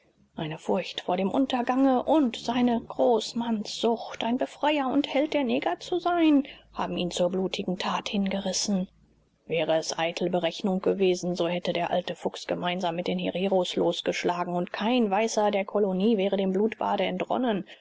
eine furcht vor dem untergange und seine großmannssucht ein befreier und held der neger zu sein haben ihn zur blutigen tat hingerissen wäre es eitel berechnung gewesen so hätte der alte fuchs gemeinsam mit den hereros losgeschlagen und kein weißer der kolonie wäre dem blutbade entronnen